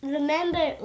Remember